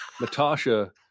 Natasha